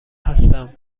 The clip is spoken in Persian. هستم